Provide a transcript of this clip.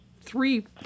three